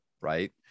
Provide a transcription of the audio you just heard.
right